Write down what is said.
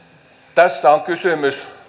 tässä on kysymys